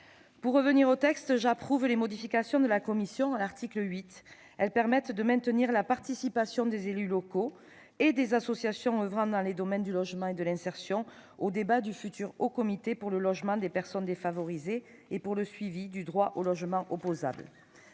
Pour en revenir au présent texte, j'approuve les modifications introduites à l'article 8 par la commission spéciale. Elles permettent de maintenir la participation des élus locaux et des associations oeuvrant dans les domaines du logement et de l'insertion aux débats du futur haut comité pour le logement des personnes défavorisées et pour le suivi du droit au logement opposable.